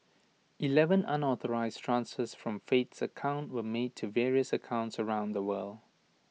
Eleven unauthorised from Faith's account were made to various accounts around the world